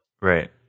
Right